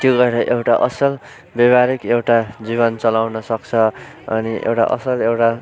त्यो गरेर एउटा असल व्यावहारिक एउटा जीवन चलाउन सक्छ अनि एउटा असल एउटा